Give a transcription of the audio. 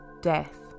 death